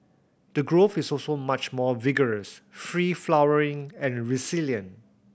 the growth is also much more vigorous free flowering and resilient